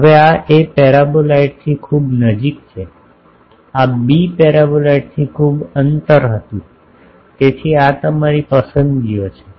હવે આ એ પેરાબોલાઇડથી ખૂબ નજીક છે આ બી પેરાબોલાઇડથી ખૂબ અંતર હતું તેથી આ તમારી પસંદગીઓ છે